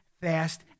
fast